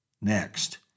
Next